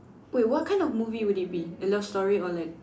wait what kind of movie would it be a love story or like